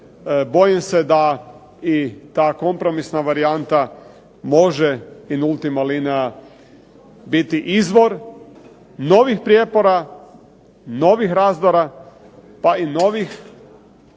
bojim se da i ta kompromisna varijanta može in ultima linea biti izvor novih prijepora, novih razdora, pa i novih